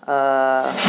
err